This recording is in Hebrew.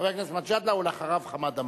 חבר הכנסת מג'אדלה, ואחריו, חמד עמאר.